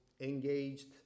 engaged